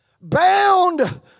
bound